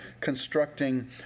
constructing